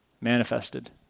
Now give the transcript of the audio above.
manifested